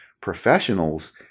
Professionals